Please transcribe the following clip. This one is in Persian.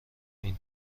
این